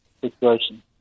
situation